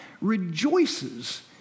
rejoices